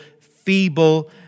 feeble